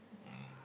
mm